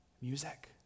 music